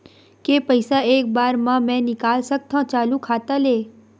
के पईसा एक बार मा मैं निकाल सकथव चालू खाता ले?